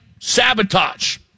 sabotage